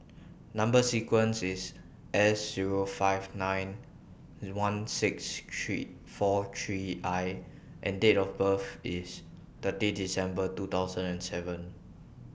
Number sequence IS S Zero five nine one six three four three I and Date of birth IS thirty December two thousand and seven